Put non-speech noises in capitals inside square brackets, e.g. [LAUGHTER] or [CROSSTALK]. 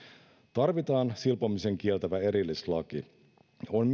tarvitaan silpomisen kieltävä erillislaki on [UNINTELLIGIBLE]